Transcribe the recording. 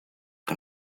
que